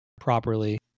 properly